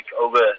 over